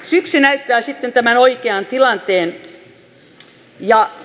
syksy näyttää sitten oikean tilanteen